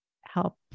help